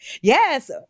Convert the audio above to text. Yes